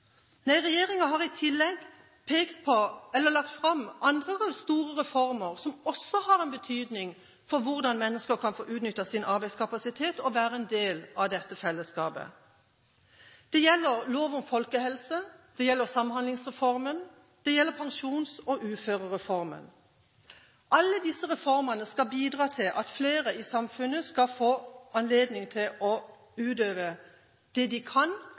har i tillegg lagt fram andre store reformer som også har en betydning for hvordan mennesker kan få utnyttet sin arbeidskapasitet og være en del av dette fellesskapet. Det gjelder folkehelseloven. Det gjelder Samhandlingsreformen. Det gjelder pensjons- og uførereformen. Alle disse reformene skal bidra til at flere i samfunnet skal få anledning til å utøve det de kan